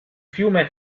fiume